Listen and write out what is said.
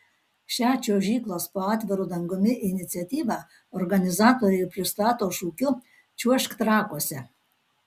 šią čiuožyklos po atviru dangumi iniciatyvą organizatoriai pristato šūkiu čiuožk trakuose